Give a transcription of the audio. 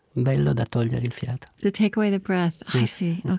bella da togliere il fiato to take away the breath i see, ok.